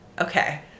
Okay